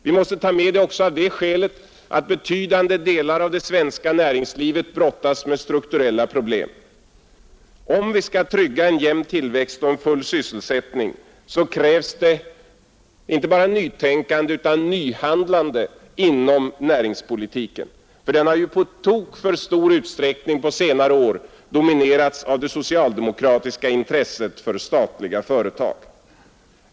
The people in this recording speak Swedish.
Vi måste ta med det också av det skälet att betydande delar av det svenska näringslivet brottas med strukturella problem. Om vi skall trygga en jämn tillväxt och en full sysselsättning krävs det inte bara nytänkande, utan nyhandlande inom näringspolitiken, ty den har i på tok för stor utsträckning på senare år dominerats av det socialdemokratiska intresset för statliga företag.